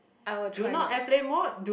I will try not